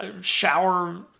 shower